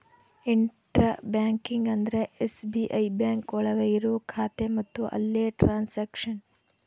intra banking ಅಂದ್ರೆ SBI bank ಒಳಗ ಇರೋ ಖಾತೆ ಮತ್ತು ಅಲ್ಲೇ ಟ್ರನ್ಸ್ಯಾಕ್ಷನ್